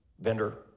vendor